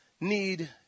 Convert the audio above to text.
need